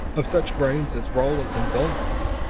of such brains as rolla's and dulnop's.